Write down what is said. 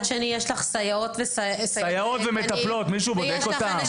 סייעות ומטפלות מישהו בודק אותן?